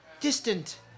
Distant